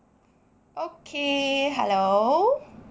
okay hello